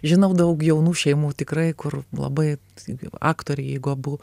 žinau daug jaunų šeimų tikrai kur labai aktoriai jeigu abu